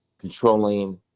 controlling